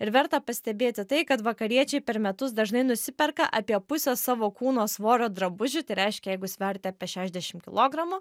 ir verta pastebėti tai kad vakariečiai per metus dažnai nusiperka apie pusę savo kūno svorio drabužių tai reiškia jeigu sveriate apie šešdešim kilogramų